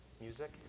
music